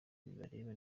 bibareba